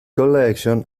collection